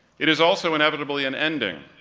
it is also inevitably an ending.